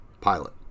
pilot